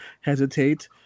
hesitate